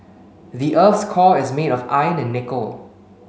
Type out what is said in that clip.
the earth's core is made of iron and nickel